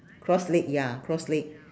cross leg ya cross leg